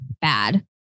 bad